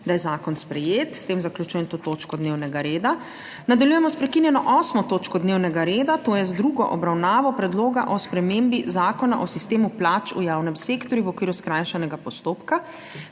da je zakon sprejet. S tem zaključujem to točko dnevnega reda. Nadaljujemo sprekinjeno 8. točko dnevnega reda, to je z drugo obravnavo Predloga o spremembi Zakona o sistemu plač v javnem sektorju v okviru skrajšanega postopka.